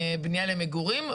בנייה למגורים.